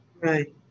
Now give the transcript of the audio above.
Right